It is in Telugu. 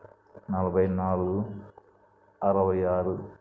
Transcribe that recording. నలభై నాలుగు అరవై ఆరు